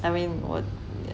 I mean 我